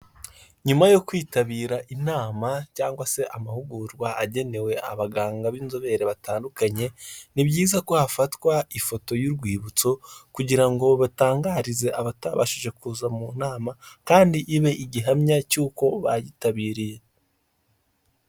Nyuma yo kwitabira inama cyangwa se amahugurwa agenewe abaganga b'inzobere batandukanye, ni byiza ko hafatwa ifoto y'urwibutso kugira ngo batangarize abatabashije kuza mu nama kandi ibe igihamya cy'uko bayitabiriye.